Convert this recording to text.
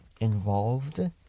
involved